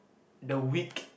the week